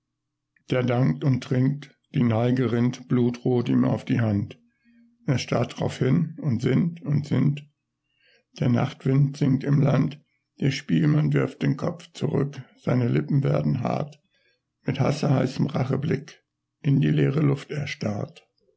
der dankt und trinkt die neige rinnt blutrot ihm auf die hand er starrt drauf hin und sinnt und sinnt der nachtwind singt im land der spielmann wirft den kopf zurück seine lippen werden hart mit hasseheißem racheblick in die leere luft